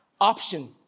option